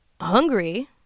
hungry